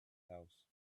house